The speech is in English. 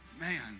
Man